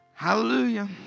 Hallelujah